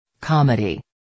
Comedy